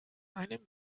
einem